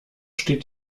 steht